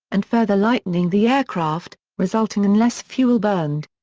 and further lightening the aircraft, resulting in less fuel burned.